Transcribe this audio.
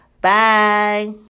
Bye